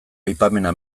aipamena